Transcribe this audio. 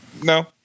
No